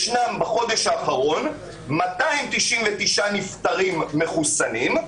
בחודש האחרון יש 299 נפטרים מחוסנים,